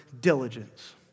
diligence